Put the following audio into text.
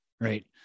Right